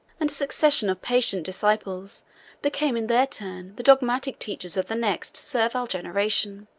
and a succession of patient disciples became in their turn the dogmatic teachers of the next servile generation.